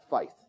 faith